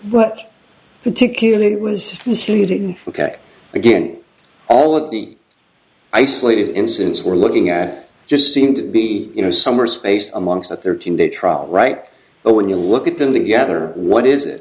well particularly it was ok again all of the isolated incidents we're looking at just seem to be you know some are spaced amongst the thirteen day trial right but when you look at them together what is it